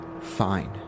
fine